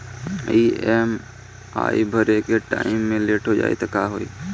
EMI भरे के time मे लेट हो जायी त का होई?